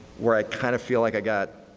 where i kind of feel like i got,